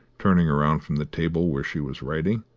turning round from the table where she was writing.